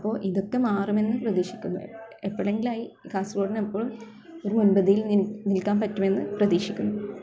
അപ്പോൾ ഇതൊക്കെ മാറുമെന്ന് പ്രതീക്ഷിക്കുന്നു എപ്പോഴെങ്കിലുമായി കാസർഗോടിനെപ്പോഴും ഒരു മുൻപന്തിയിൽ നിൽക്കാൻ പറ്റുമെന്ന് പ്രതീക്ഷിക്കുന്നു